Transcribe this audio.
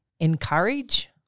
encourage